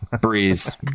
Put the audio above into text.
breeze